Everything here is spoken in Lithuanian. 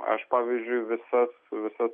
aš pavyzdžiui visas visas